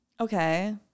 Okay